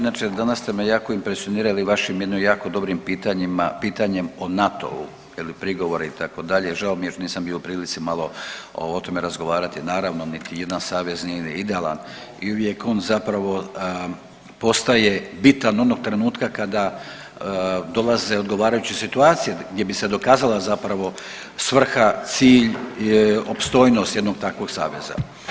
Inače danas ste me jako impresionirali vašim jednim jako dobrim pitanjima, pitanjem o NATO-u je li prigovora itd., žao mi je što nisam bio u prilici malo o tome razgovarati, naravno niti jedan savez nije idealan i uvijek on zapravo postaje bitan onog trenutka kada dolaze odgovarajuće situacije gdje bi se dokazala zapravo svrha, cilj i opstojnost jednog takvog saveza.